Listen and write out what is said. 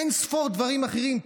אין-ספור דברים אחרים,